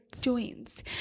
Joints